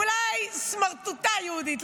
אולי סמרטוטה יהודית.